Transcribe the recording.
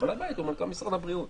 ובעל הבית הוא מנכ"ל משרד הבריאות.